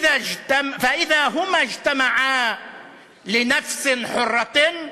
אם שניהם חוברים יחדיו בנפש אצילה,